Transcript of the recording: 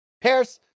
Paris